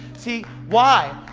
see, why,